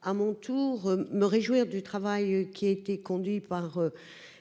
à mon tour me réjouir du travail qui a été conduit par